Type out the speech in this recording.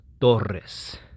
Torres